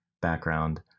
background